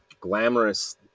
glamorous